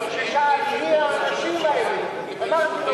אדוני,